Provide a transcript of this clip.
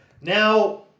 Now